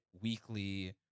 weekly